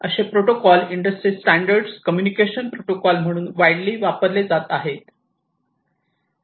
असे protocol industry standard communication protocol म्हणून widely वापरले जात आहे